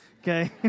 Okay